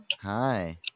hi